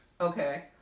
Okay